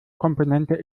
komponente